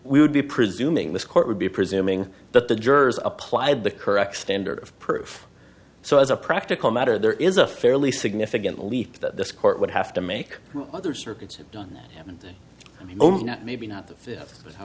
we would be presuming this court would be presuming that the jurors applied the correct standard of proof so as a practical matter there is a fairly significant leak that this court would have to make other circuits only not maybe not the